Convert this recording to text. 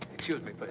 excuse me, but